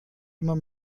immer